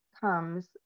comes